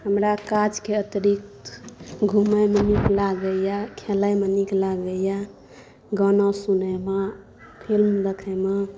हमरा काजके अतिरिक्त घुमैमे नीक लागैए खेलैमे नीक लागैए गाना सुनैमे फिलिम देखैमे